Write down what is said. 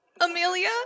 Amelia